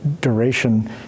duration